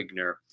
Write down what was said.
Wigner